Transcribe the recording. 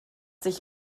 sich